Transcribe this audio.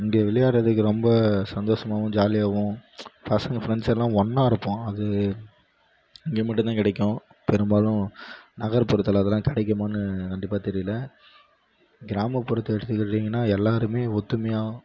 இங்கே விளையாடறதுக்கு ரொம்ப சந்தோஷமாகவும் ஜாலியாகவும் பசங்கள் ஃப்ரெண்ட்ஸ் எல்லாம் ஒன்றா இருப்போம் அது இங்கே மட்டுந்தான் கிடைக்கும் பெரும்பாலும் நகர்ப்புறத்தில் அதெல்லாம் கிடைக்குமான்னு கண்டிப்பாக தெரியல கிராமப்புறத்தை எடுத்துக்கிட்டிங்கன்னால் எல்லோருமே ஒற்றுமையா